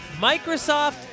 Microsoft